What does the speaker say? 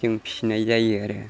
जों फिनाय जायो आरो